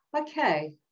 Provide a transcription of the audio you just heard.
Okay